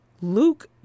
Luke